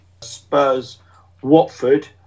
Spurs-Watford